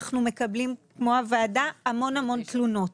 אנחנו מקבלים המון תלונות.